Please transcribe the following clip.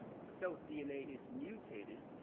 if cell's dna is mutated,